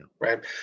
Right